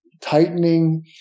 tightening